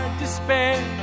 despair